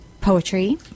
Poetry